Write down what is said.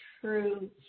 true